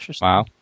wow